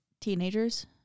teenagers